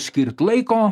skirt laiko